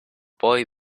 boy